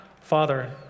Father